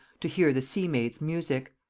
to hear the sea-maid's music.